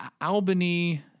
Albany